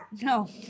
no